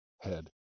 head